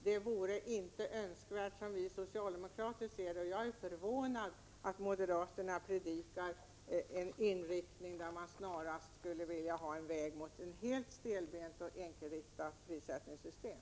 Jag är förvånad över att moderaterna predikar en inriktning som innebär att man snarast skulle vilja ha ett helt stelbent och enkelriktat prissättningssystem.